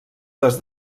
les